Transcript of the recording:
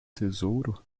tesouro